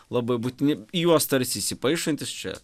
labai būtini į juos tarsi paišantys čia